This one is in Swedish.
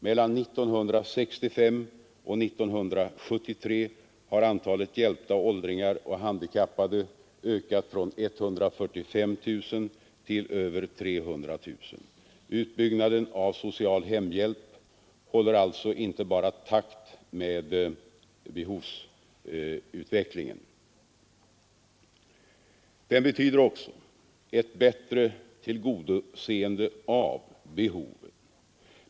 Mellan 1965 och 1973 har antalet hjälpta åldringar och handikappade ökat från 145 000 till över 300 000. Utbyggnaden av social hemhjälp håller alltså inte bara takt med behovsutvecklingen. Den betyder också ett bättre tillgodoseende av behoven.